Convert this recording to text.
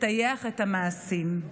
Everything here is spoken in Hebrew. תטייח את המעשים.